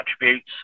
attributes